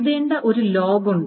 എഴുതേണ്ട ഒരു ലോഗ് ഉണ്ട്